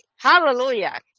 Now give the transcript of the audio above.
Hallelujah